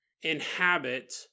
inhabit